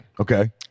Okay